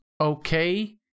okay